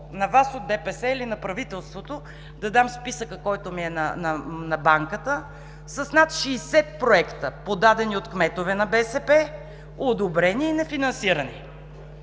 на Вас от ДПС или на правителството, да дам списъка, който ми е на банката с над 60 проекта, подадени от кметове на БСП, одобрени и нефинансирани?